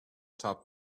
top